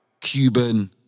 Cuban